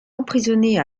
emprisonné